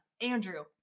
Andrew